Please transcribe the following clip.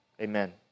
amen